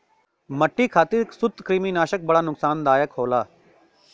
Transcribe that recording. मट्टी खातिर सूत्रकृमिनाशक बड़ा नुकसानदायक होला